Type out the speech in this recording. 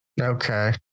Okay